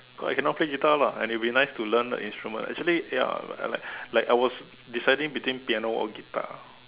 cause I cannot play guitar lah and it will be nice to learn an instrument actually ya I like like I was deciding between piano or guitar